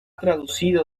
traducido